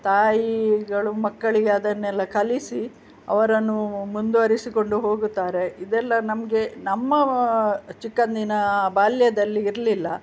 ತಾಯಿಗಳು ಮಕ್ಕಳಿಗೆ ಅದನ್ನೆಲ್ಲ ಕಲಿಸಿ ಅವರನ್ನೂ ಮುಂದುವರೆಸಿಕೊಂಡು ಹೋಗುತ್ತಾರೆ ಇದೆಲ್ಲ ನಮಗೆ ನಮ್ಮ ಚಿಕ್ಕಂದಿನ ಬಾಲ್ಯದಲ್ಲಿ ಇರಲಿಲ್ಲ